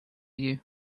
you